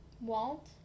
walt